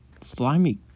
Slimy